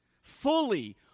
fully